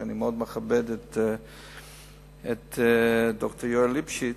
אני מאוד מכבד את ד"ר יואל ליפשיץ,